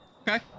Okay